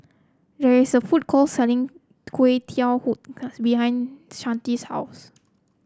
there is a food court selling Teochew Huat Kueh behind Shanita's house